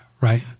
Right